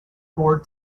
bored